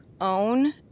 own